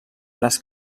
les